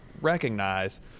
recognize